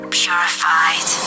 purified